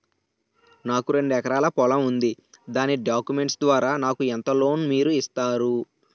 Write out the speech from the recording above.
నాకు రెండు ఎకరాల పొలం ఉంది దాని డాక్యుమెంట్స్ ద్వారా నాకు ఎంత లోన్ మీరు ఇస్తారు?